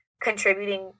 contributing